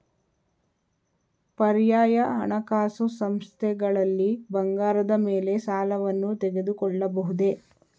ಪರ್ಯಾಯ ಹಣಕಾಸು ಸಂಸ್ಥೆಗಳಲ್ಲಿ ಬಂಗಾರದ ಮೇಲೆ ಸಾಲವನ್ನು ತೆಗೆದುಕೊಳ್ಳಬಹುದೇ?